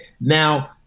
Now